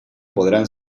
podrán